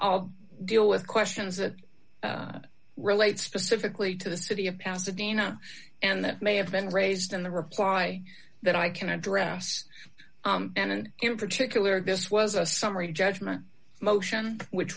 i'll deal with questions that relate specifically to the city of pasadena and that may have been raised in the reply that i can address and in particular this was a summary judgment motion which